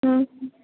ம்